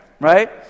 Right